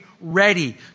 ready